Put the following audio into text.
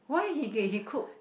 why he get he cook